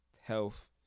Health